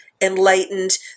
enlightened